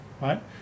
right